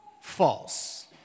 false